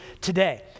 today